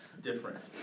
different